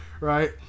right